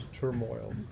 Turmoil